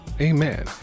Amen